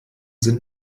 sind